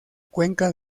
cuenca